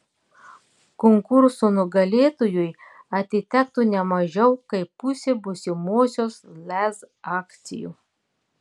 konkurso nugalėtojui atitektų ne mažiau kaip pusė būsimosios lez akcijų